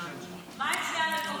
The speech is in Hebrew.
מהם שני המקומות?